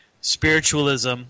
spiritualism